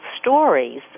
stories